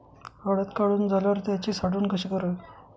हळद काढून झाल्यावर त्याची साठवण कशी करावी?